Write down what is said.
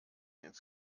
ins